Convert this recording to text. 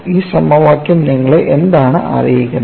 ഈ സമവാക്യം നിങ്ങളെ എന്താണ് അറിയിക്കുന്നത്